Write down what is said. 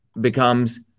becomes